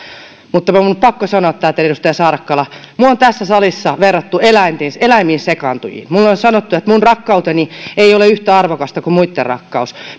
mutta minun on pakko sanoa tämä teille edustaja saarakkala minua on tässä salissa verrattu eläimiin sekaantujiin minulle on sanottu että minun rakkauteni ei ole yhtä arvokasta kuin muitten rakkaus